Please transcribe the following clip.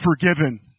forgiven